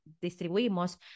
distribuimos